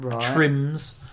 trims